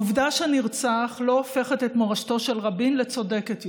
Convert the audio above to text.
העובדה שנרצח לא הופכת את מורשתו של רבין לצודקת יותר,